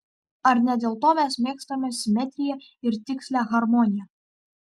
ar ne dėl to mes mėgstame simetriją ir tikslią harmoniją